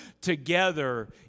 together